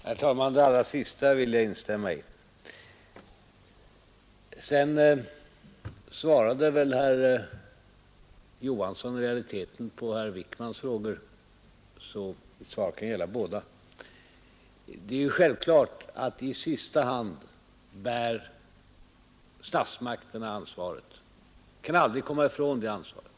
Herr talman! Det allra sista vill jug instämina i. Sedan svarade väl i realiteten herr Olof Johansson på herr Wiik mans frågor. men mitt svar kan gälla bada. Det är självklart att det i sista hand är statsmakterna som bär ansvaret — de kan aldrig komma ifrån det ansvaret.